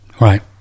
Right